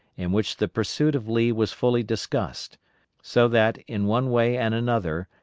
in which the pursuit of lee was fully discussed so that, in one way and another,